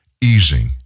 easing